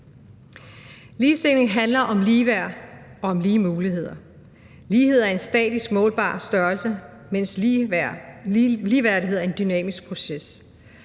Ligestilling handler om ligeværd og om lige muligheder. Lighed er en statisk, målbar størrelse, mens ligeværdighed er en dynamisk proces.